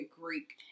Greek